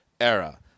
era